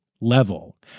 level